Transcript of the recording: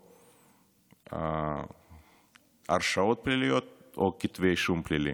או הרשעות פליליות או כתבי אישום פליליים.